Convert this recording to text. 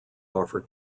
offer